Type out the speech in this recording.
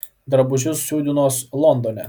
drabužius siūdinuos londone